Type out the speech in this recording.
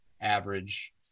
average